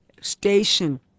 station